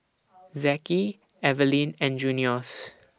Zeke Eveline and Junious